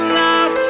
love